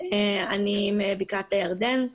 אני מבקעת הירדן,